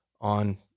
on